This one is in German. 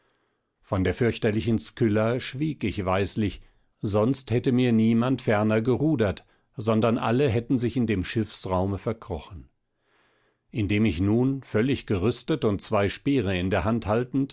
von der fürchterlichen skylla schwieg ich weislich sonst hätte mir niemand ferner gerudert sondern alle hätten sich in dem schiffsraume verkrochen indem ich nun völlig gerüstet und zwei speere in der hand haltend